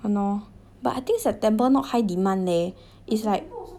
!hannor! but I think september not high demand leh it's like